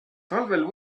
talvel